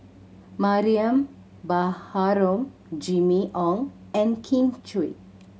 Mariam Baharom Jimmy Ong and Kin Chui